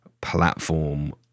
platform